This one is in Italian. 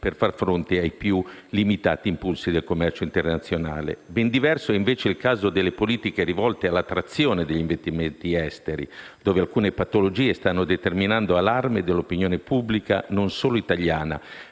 per far fronte ai più limitati impulsi del commercio internazionale. Ben diverso è, invece, il caso delle politiche rivolte all'attrazione degli investimenti esteri, dove alcune patologie stanno determinando allarme nell'opinione pubblica, non solo italiana.